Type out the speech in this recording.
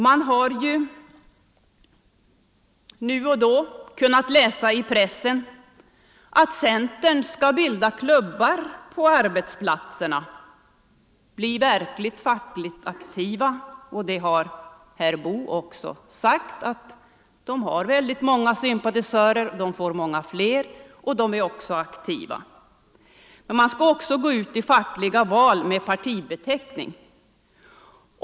Man har ju nu och då kunnat läsa i pressen att centern skall bilda klubbar på arbetsplatserna, bli verkligt fackligt aktiva. Herr Boo har också sagt att centern har många sympatisörer — och får många fler — som är fackligt aktiva. Man kommer också att gå ut i fackliga val med partibeteckning.